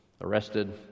arrested